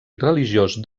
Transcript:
religiós